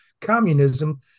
communism